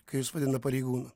kai jus vadina pareigūnu